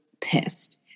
pissed